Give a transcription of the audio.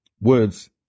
words